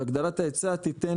והגדלת ההיצע תינתן